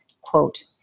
quote